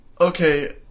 okay